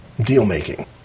deal-making